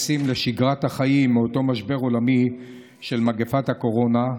לשגרת החיים מאותו משבר עולמי של מגפת הקורונה,